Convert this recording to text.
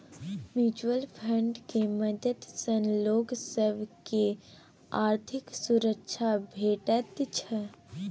mutual fund केर मदद सँ लोक सब केँ आर्थिक सुरक्षा भेटै छै